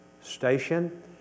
station